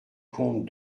comte